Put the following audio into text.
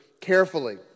carefully